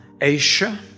Asia